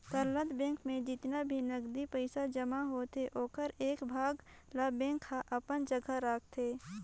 तरलता बेंक में जेतना भी नगदी पइसा जमा होथे ओखर एक भाग ल बेंक हर अपन जघा राखतें